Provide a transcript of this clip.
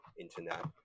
internet